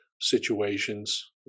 situations